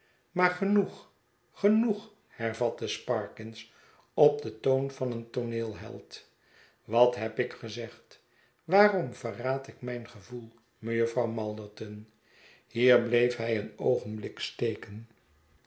maar genoeg genoeg hervatte sparkins op den toon van een tooneelheld wat heb ik gezegd waarom verraad ik mijn gevoel mejuffer malderton hier bleef hij een oogenblik steken